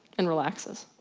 and relaxes.